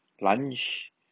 Lunch